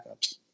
backups